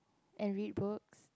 and read books